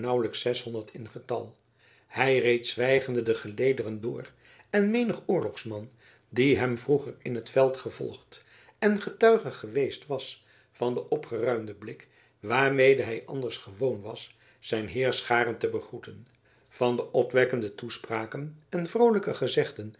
hij reed zwijgende de gelederen door en menig oorlogsman die hem vroeger in het veld gevolgd en getuige geweest was van den opgeruimden blik waarmede hij anders gewoon was zijn heirscharen te begroeten van de opwekkende toespraken en vroolijke